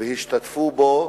והשתתפו בו